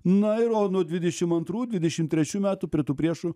na ir o nuo dvidešim antrų dvidešim trečių metų prie tų priešų